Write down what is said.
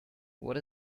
what